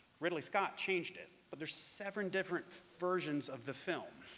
ridley scott changed it. but there's seven different versions of the film,